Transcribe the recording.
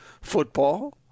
football